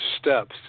steps